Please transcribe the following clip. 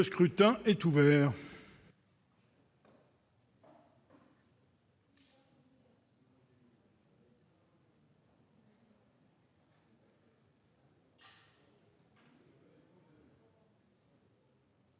Le scrutin est ouvert.